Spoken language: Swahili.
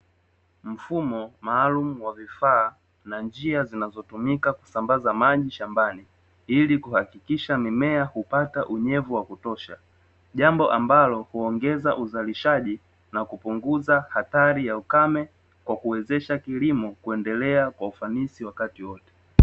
Mfumo maalumu wa vifaa na njia zinazotumika kusambaza maji shambani, ili kuhakikisha mimea kupata unyevu wa kutosha, jambo ambalo huongeza uzalishaji na kupunguza hatari ya ukame kwa kuwezesha kilimo kuendelea kwa ufanisi wakati wote.